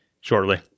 shortly